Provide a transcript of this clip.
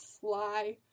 sly